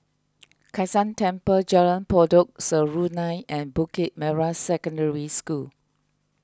Kai San Temple Jalan Pokok Serunai and Bukit Merah Secondary School